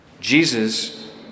Jesus